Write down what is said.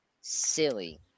silly